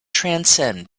transcend